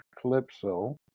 Calypso